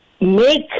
make